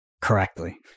correctly